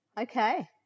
Okay